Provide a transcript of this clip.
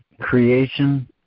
Creation